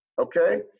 okay